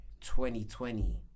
2020